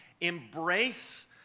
Embrace